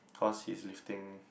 cause he's lifting